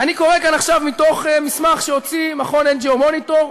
ואני קורא כאן עכשיו מתוך מסמך שהוציא מכון NGO Monitor,